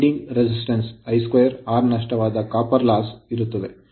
winding resistance ಅಂಕುಡೊಂಕಾದ ಪ್ರತಿರೋಧದಲ್ಲಿ I2R ನಷ್ಟವಾದ copper loss ತಾಮ್ರದ ನಷ್ಟ ಇರುತ್ತದೆ